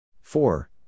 four